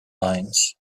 lines